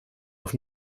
auf